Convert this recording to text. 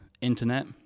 internet